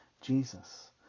Jesus